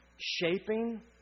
shaping